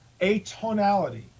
atonality